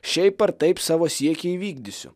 šiaip ar taip savo siekį įvykdysiu